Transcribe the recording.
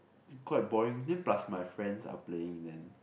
is quite boring then plus my friends are playing then